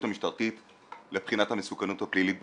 המשטרתית לבחינת המסוכנות הפלילית בתחום.